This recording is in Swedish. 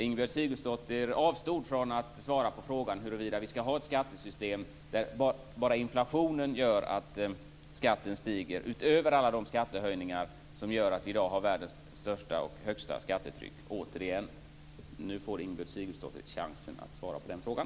Ingibjörg Sigurdsdóttir avstod från att svara på frågan huruvida vi skall ha ett skattesystem där bara inflationen gör att skatten stiger, utöver alla de skattehöjningar som gör att vi i dag har världens högsta skattetryck. Nu får Ingibjörg Sigurdsdóttir återigen chansen att svara på den frågan.